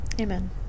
amen